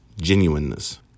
genuineness